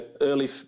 early